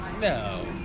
No